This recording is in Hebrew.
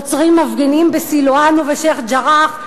עוצרים מפגינים בסילואן ובשיח'-ג'ראח,